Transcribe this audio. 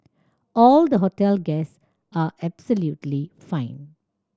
all the hotel guests are absolutely fine